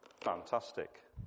Fantastic